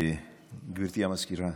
גברתי סגנית המזכיר,